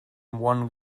one